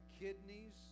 kidneys